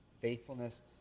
Faithfulness